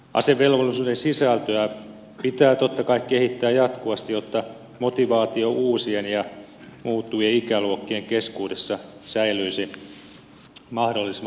asevelvollisuuden sisältöä pitää totta kai kehittää jatkuvasti jotta motivaatio uusien ja muuttuvien ikäluokkien keskuudessa säilyisi mahdollisimman korkeana